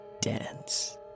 dance